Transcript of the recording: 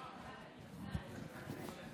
חבריי חברי הכנסת,